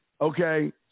Okay